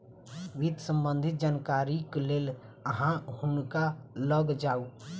वित्त सम्बन्धी जानकारीक लेल अहाँ हुनका लग जाऊ